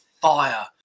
fire